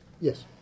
Yes